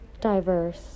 diverse